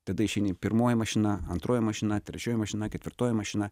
tada išeini pirmoji mašina antroji mašina trečioji mašina ketvirtoji mašina